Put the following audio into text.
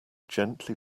gently